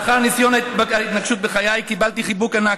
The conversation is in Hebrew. לאחר ניסיון ההתנקשות בחיי, קיבלתי חיבוק ענק.